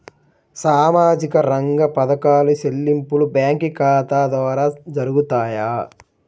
సామాజిక రంగ పథకాల చెల్లింపులు బ్యాంకు ఖాతా ద్వార జరుగుతాయా?